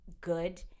good